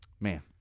Man